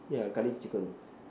yeah Curry chicken